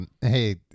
hey